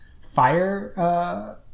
fire